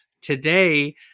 Today